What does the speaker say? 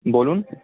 বলুন